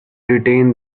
retain